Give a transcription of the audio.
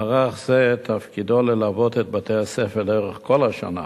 מערך זה תפקידו ללוות את בתי-הספר לאורך כל השנה,